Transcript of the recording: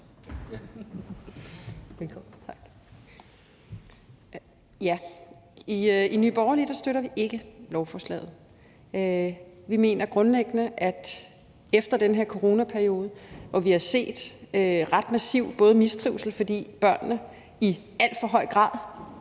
I Nye Borgerlige støtter vi ikke lovforslaget. Vi mener grundlæggende, at vi efter den her coronaperiode har set en ret massiv mistrivsel, fordi børnene i alt for høj grad